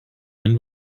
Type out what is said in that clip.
and